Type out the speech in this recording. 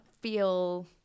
feel